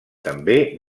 també